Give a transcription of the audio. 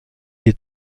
des